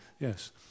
Yes